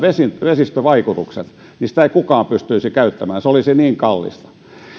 vesistövaikutukset niin sitä ei kukaan pystyisi käyttämään se olisi niin kallista